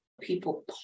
people